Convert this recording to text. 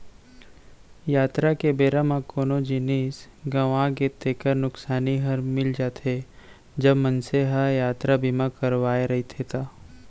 यातरा के बेरा म कोनो जिनिस गँवागे तेकर नुकसानी हर मिल जाथे, जब मनसे ह यातरा बीमा करवाय रहिथे ता